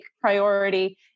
priority